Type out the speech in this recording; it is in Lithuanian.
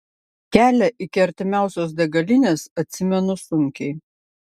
kelią iki artimiausios degalinės atsimenu sunkiai